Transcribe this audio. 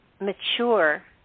mature